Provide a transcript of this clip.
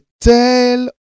tell